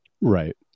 right